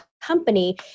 company